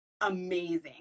amazing